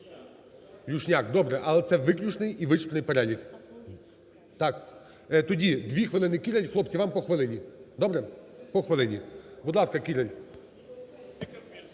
Люшняк. Добре, але це виключний і вичерпний перелік. Так, тоді дві хвилини – Кіраль. Хлопці, вам по хвилині. Добре? По хвилині. Будь ласка, Кіраль.